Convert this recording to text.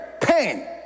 pain